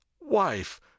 Wife